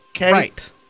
Right